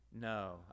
No